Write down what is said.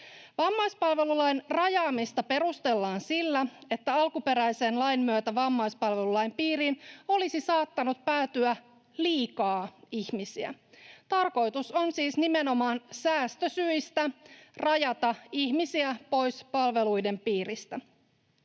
Vammaispalvelulain rajaamista perustellaan sillä, että alkuperäisen lain myötä vammaispalvelulain piiriin olisi saattanut päätyä liikaa ihmisiä. Tarkoitus on siis nimenomaan säästösyistä rajata ihmisiä pois palveluiden piiristä.